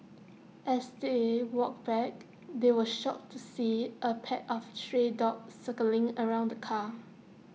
as they walked back they were shocked to see A pack of stray dogs circling around the car